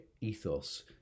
ethos